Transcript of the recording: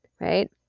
right